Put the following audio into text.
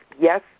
yes